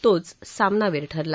तोच सामनावीर ठरला